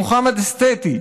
מוחמד אסתיתי,